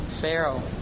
Pharaoh